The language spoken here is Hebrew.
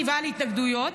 והיו לי התנגדויות,